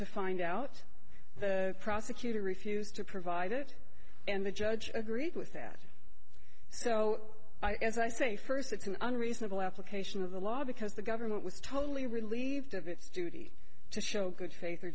to find out the prosecutor refused to provide it and the judge agreed with that so i as i say first it's an unreasonable application of the law because the government was totally relieved of its duty to show good faith or